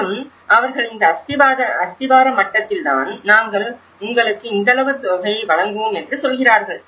மேலும் அவர்கள் இந்த அஸ்திவார மட்டத்தில் தான் நாங்கள் உங்களுக்கு இந்தளவு தொகையை வழங்குவோம் என்று சொல்கிறார்கள்